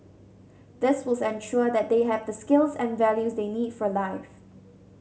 this will ensure they have the skills and values they need for life